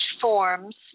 forms